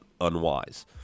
unwise